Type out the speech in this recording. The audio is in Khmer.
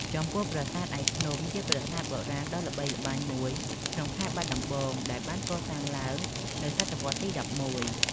ចំពោះប្រាសាទឯកភ្នំ ជាប្រាសាទបុរាណដ៏ល្បីល្បាញមួយក្នុងខេត្តបាត់ដំបងដែលបានកសាងឡើងនៅសតវត្សរ៍ទី១១។